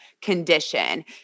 condition